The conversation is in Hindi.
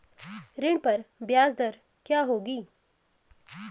ऋण पर ब्याज दर क्या होगी?